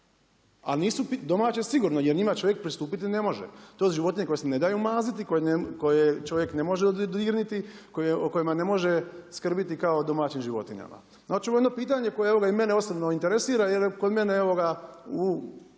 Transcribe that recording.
a nisu domaće sigurno, jer njima čovjek pristupiti ne može. To su životinje koje se ne daju maziti, koje čovjek ne može dodirnuti, o kojima ne može skrbiti kao domaćim životinjama. Dati ću vam jedno pitanje koje evo i mene osobno interesira jer je kod mene